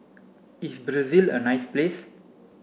is Brazil a nice place